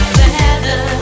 better